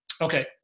Okay